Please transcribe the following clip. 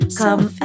come